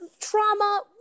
trauma